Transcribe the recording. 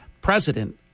president